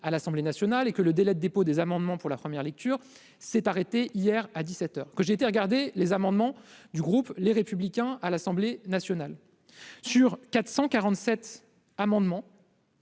à l'Assemblée nationale et que le délai de dépôt des amendements pour la première lecture s'est arrêté hier à 17 heures que j'ai été regarder les amendements du groupe, les républicains à l'Assemblée nationale sur 447 amendements.